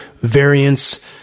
variants